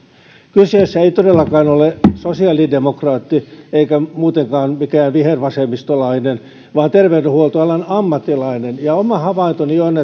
kyseessä ei todellakaan ole sosiaalidemokraatti eikä muutenkaan mikään vihervasemmistolainen vaan terveydenhuoltoalan ammattilainen ja oma havaintoni on